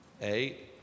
Eight